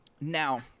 now